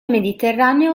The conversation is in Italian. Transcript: mediterraneo